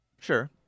Sure